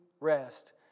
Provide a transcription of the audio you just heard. rest